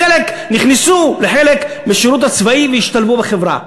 כי הם נכנסו לחלק בשירות הצבאי והשתלבו בצבא.